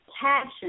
passion